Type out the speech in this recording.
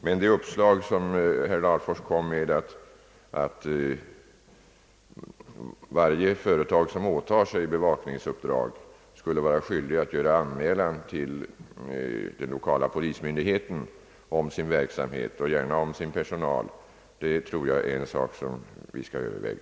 Men uppslaget från herr Larfors, att varje företag som åtar sig bevakningsuppdrag skulle ha skyldighet att göra anmälan till den lokala polismyndigheten om sin verksamhet och gärna om sin personal, är någonting som jag tror att vi skall överväga.